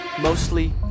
Mostly